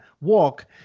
walk